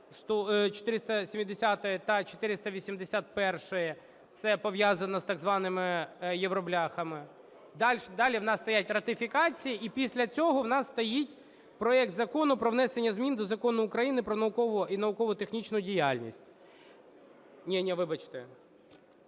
470 та 481, це пов’язано з так званими "євробляхами". Далі у нас стоять ратифікації. І після цього у нас стоїть проект Закону про внесення змін до Закону України "Про наукову і науково-технічну діяльність". Ні-ні, вибачте.